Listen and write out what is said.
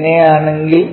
അങ്ങനെയാണെങ്കിൽ